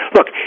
Look